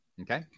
Okay